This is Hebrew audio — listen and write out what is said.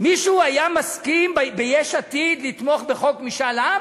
מישהו היה מסכים ביש עתיד לתמוך בחוק משאל עם?